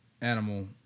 animal